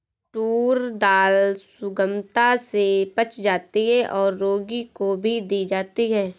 tour दाल सुगमता से पच जाती है और रोगी को भी दी जाती है